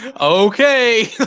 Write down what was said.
Okay